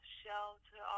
shelter